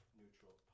neutral